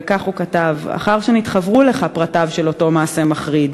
וכך הוא כתב: "אחר שנתחוורו לך פרטיו של אותו מעשה מחריד,